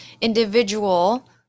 individual